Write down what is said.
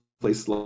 place